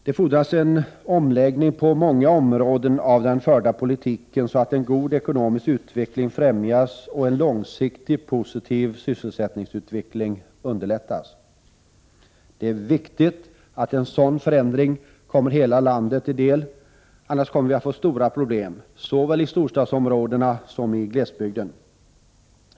Det fordras en omläggning på många områden av den förda politiken så att en god ekonomisk utveckling främjas och en långsiktig positiv sysselsättningsutveckling underlättas. Det är viktigt att en sådan förändring kommer hela landet till del. Annars kommer vi att få stora problem såväl i storstadsområdena som i glesbygden.